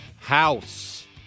house